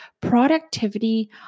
productivity